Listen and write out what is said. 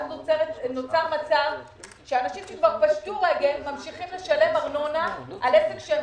אז נוצר מצב שאנשים שכבר פשטו רגל ממשיכים לשלם ארנונה על עסק שהם